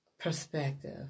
perspective